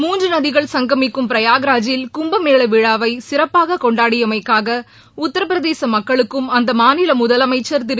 மூன்று நதிகள் சங்கமிக்கும் பிரயக்ராஜில் கும்பமேள விழாவை சிறப்பாக கொண்டாடியமைக்காக உத்தரப்பிரதேச மக்களுக்கும் அந்த மாநில முதலமைச்சள் திரு